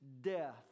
death